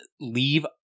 leave